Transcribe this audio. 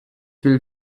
will